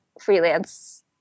freelance